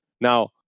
Now